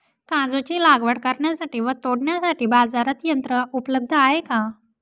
काजूची लागवड करण्यासाठी व तोडण्यासाठी बाजारात यंत्र उपलब्ध आहे का?